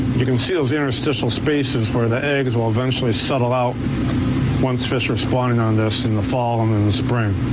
you can see those interstitial spaces where the eggs will eventually settle out once fish are spawning on this in the fall and in the spring.